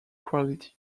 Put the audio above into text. quality